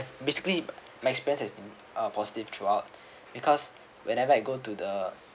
basically my experience has been uh positive throughout because whenever I go to the